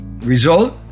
Result